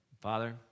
Father